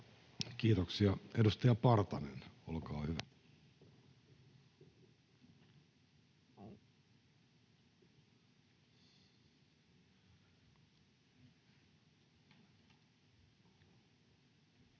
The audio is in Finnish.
Kiitoksia. — Edustaja Viljanen, olkaa hyvä. [Speech